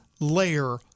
layer